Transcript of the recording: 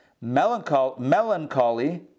Melancholy